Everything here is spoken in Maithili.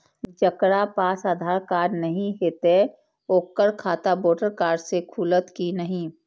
जकरा पास आधार कार्ड नहीं हेते ओकर खाता वोटर कार्ड से खुलत कि नहीं?